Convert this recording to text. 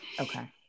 okay